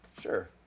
Sure